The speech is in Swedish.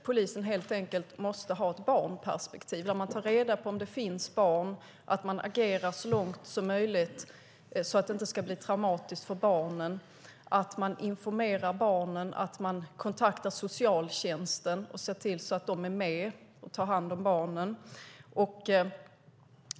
Polisen måste helt enkelt ha ett barnperspektiv som innebär att man tar reda på om det finns barn och i så fall så långt som möjligt agerar så att det inte ska bli traumatiskt för barnen och att man informerar barnen och kontaktar socialtjänsten och ser till så att de är med och tar hand om barnen.